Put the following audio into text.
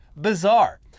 bizarre